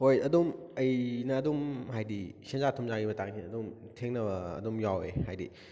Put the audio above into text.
ꯍꯣꯏ ꯑꯗꯨꯝ ꯑꯩꯅ ꯑꯗꯨꯝ ꯍꯥꯏꯗꯤ ꯁꯦꯟꯖꯥ ꯊꯨꯝꯖꯥꯒꯤ ꯃꯇꯥꯡꯁꯦ ꯑꯗꯨꯝ ꯊꯦꯡꯅꯕ ꯑꯗꯨꯝ ꯌꯥꯎꯋꯦ ꯍꯥꯏꯗꯤ